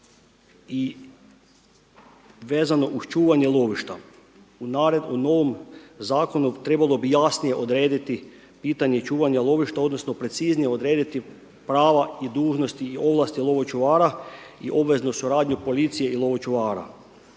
I vezano uz čuvanje lovišta. U novom zakonu trebalo bi jasnije odraditi pitanje čuvanja lovišta odnosno preciznije odrediti prava i dužnosti i ovlasti lovočuvara i obveznu suradnju policije i lovočuvara.